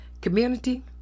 Community